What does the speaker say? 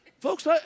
Folks